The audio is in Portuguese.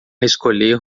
escolher